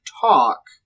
talk